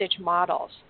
models